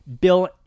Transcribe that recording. Bill